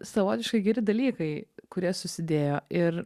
savotiškai geri dalykai kurie susidėjo ir